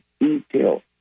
detail